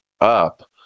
up